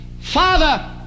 father